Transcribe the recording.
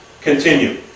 continue